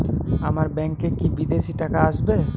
আমার ব্যংকে কি বিদেশি টাকা আসবে?